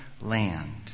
land